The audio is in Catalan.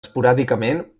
esporàdicament